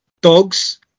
dogs